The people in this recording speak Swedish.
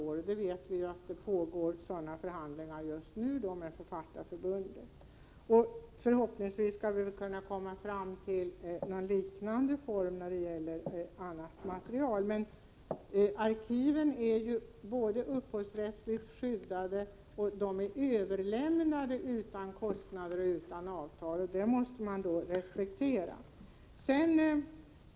Vi vet att det just nu pågår sådana förhandlingar med Författarförbundet. Förhoppningsvis skall vi kunna komma fram till en liknande form när det gäller annat material. Men arkiven är upphovsrättsligt skyddade och överlämnade utan kostnader och avtal, och det måste man respektera.